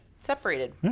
separated